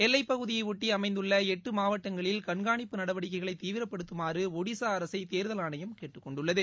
எல்லைப்பகுதியை ஒட்டி அமைந்துள்ள எட்டு மாவட்டங்களில் கண்காணிப்பு நடவடிக்கைகளை தீவிரப்படுத்தமாறு ஒடிசா அரசை தேர்தல் ஆணையம் கேட்டுக்கொண்டுள்ளது